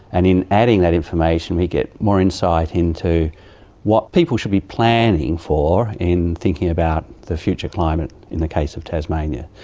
and in adding that information we get more insight into what people should be planning for in thinking about the future climate in the case of tasmania.